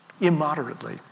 immoderately